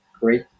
great